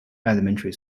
elementary